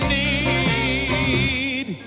need